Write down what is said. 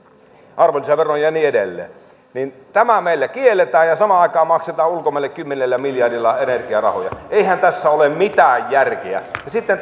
arvonlisäverona ja niin edelleen ja tämä meillä kielletään ja samaan aikaan maksetaan ulkomaille kymmenellä miljardilla energiarahoja eihän tässä ole mitään järkeä ja sitten